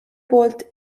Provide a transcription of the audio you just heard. poolt